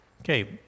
Okay